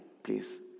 Please